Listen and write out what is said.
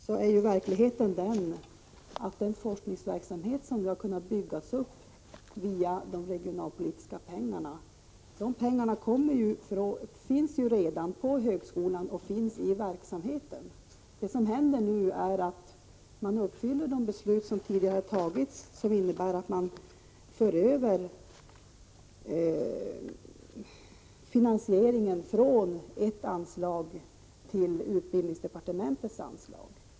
Herr talman! Verkligheten är den att den forskningsverksamhet som bedrivs vid högskolan i Luleå har kunnat byggas upp med regionalpolitiska medel. De pengarna finns redan i verksamheten på högskolan. Det som händer nu är att man uppfyller de beslut som tidigare har fattats, vilket innebär att man för över finansieringen till utbildningsdepartementets anslag.